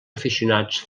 aficionats